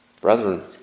Brethren